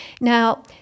now